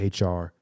hr